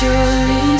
Surely